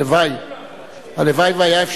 יועבר לוועדת החינוך,